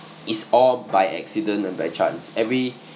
is all by accident and by chance every